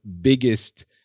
biggest